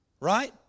Right